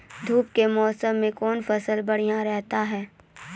धूप के मौसम मे कौन फसल बढ़िया रहतै हैं?